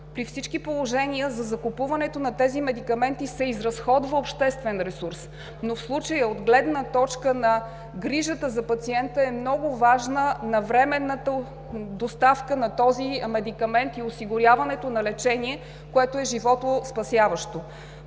При всички положения за закупуването на тези медикаменти се изразходва обществен ресурс. В случая, от гледна точка на грижата за пациента, е много важна навременната доставка на този медикамент и осигуряването на животоспасяващо